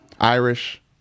Irish